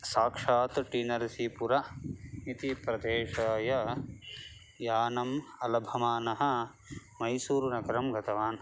साक्षात् टि नरसिपुरम् इति प्रदेशाय यानम् अलभमानः मैसूरुनगरं गतवान्